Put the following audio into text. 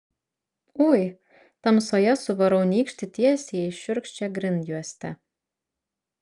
ui tamsoje suvarau nykštį tiesiai į šiurkščią grindjuostę